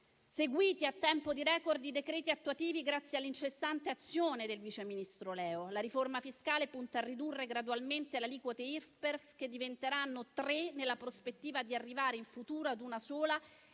seguiti a tempo di *record* i decreti attuativi, grazie all'incessante azione del vice ministro Leo. La riforma fiscale punta a ridurre gradualmente le aliquote Irpef, che diventeranno tre nella prospettiva di arrivare in futuro ad una sola